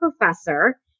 professor